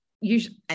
usually